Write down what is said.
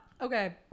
okay